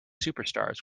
superstars